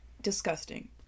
disgusting